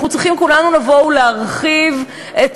אנחנו צריכים כולנו לבוא ולהרחיב את